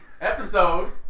Episode